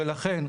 ולכן,